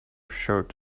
shirt